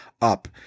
up